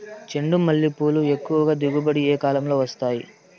చెండుమల్లి పూలు ఎక్కువగా దిగుబడి ఏ కాలంలో వస్తాయి